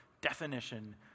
definition